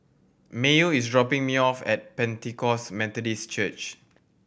Mayo is dropping me off at Pentecost Methodist Church